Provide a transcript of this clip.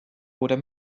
oder